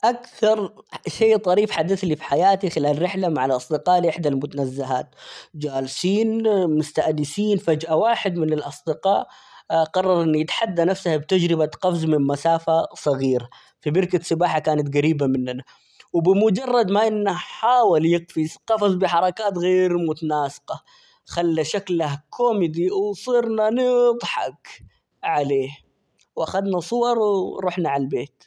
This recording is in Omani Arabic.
أكثر شيء ظريف حدث لي في حياتي خلال رحلة مع الأصدقاء لإحدى المتنزهات ،جالسين مستأنسين فجأة واحد من الأصدقاء قرر إنه يتحدى نفسه بتجربة قفز من مسافة صغيرة في بركة سباحة كانت قريبة مننا، وبمجرد ما إنه حاول يقفز، قفز بحركات غير متناسقة خلى شكله كوميدي وصرنا نضحك عليه، وأخدنا صور ورحنا عالبيت.